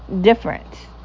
difference